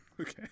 Okay